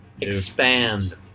Expand